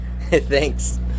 Thanks